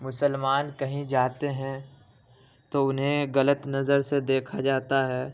مسلمان کہیں جاتے ہیں تو انہیں غلط نظر سے دیکھا جاتا ہے